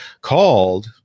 called